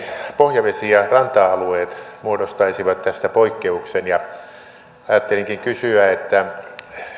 pohjavesi ja ranta alueet muodostaisivat tästä poikkeuksen ajattelinkin kysyä